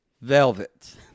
Velvet